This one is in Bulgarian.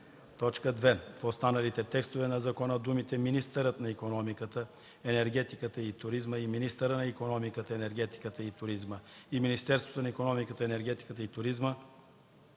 2. В останалите текстове на закона думите „министърът на икономиката, енергетиката и туризма”, „министъра на икономиката, енергетиката и туризма” и „Министерството на икономиката, енергетиката и туризма”